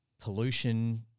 pollution